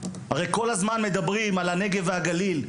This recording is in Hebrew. הרי כל הזמן מדברים על הנגב והגליל,